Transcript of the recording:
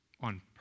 on